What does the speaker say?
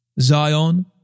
Zion